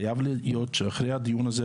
חייב להיות שאחרי הדיון הזה,